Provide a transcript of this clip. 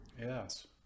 yes